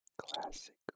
Classic